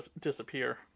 disappear